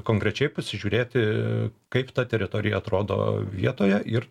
konkrečiai pasižiūrėti kaip ta teritorija atrodo vietoje ir